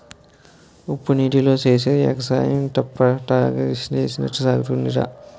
ఉప్పునీటీతో సేసే ఎగసాయం తెప్పతగలేసినట్టే సాగుతాదిరా